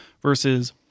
Versus